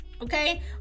Okay